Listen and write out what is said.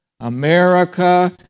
America